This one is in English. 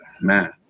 man